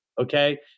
Okay